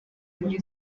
muri